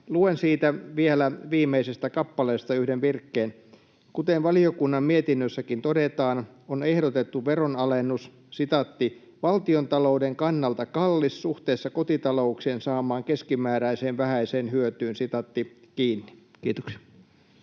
luen siitä vielä viimeisestä kappaleesta yhden virkkeen: ”Kuten valiokunnan mietinnössäkin todetaan, on ehdotettu veronalennus ’valtiontalouden kannalta kallis suhteessa kotitalouksien saamaan keskimääräiseen vähäiseen hyötyyn’.”— Kiitoksia. Kiitoksia.